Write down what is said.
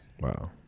Wow